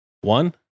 One